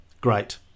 Great